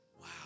Wow